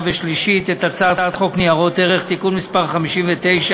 ושלישית את הצעת חוק ניירות ערך (תיקון מס׳ 59),